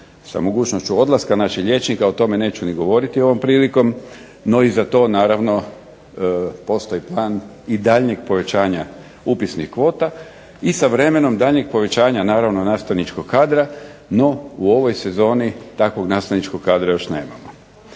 sa mogućnošću odlaska naših liječnika o tome neću govoriti ovom prilikom no i za to postoji plan daljnjeg povećanja upisnih kvota i s vremenom daljnjeg povećanja nastavničkog kadra no u ovoj sezoni takvog nastavničkog kadra još nemamo.